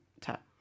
tap